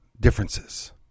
differences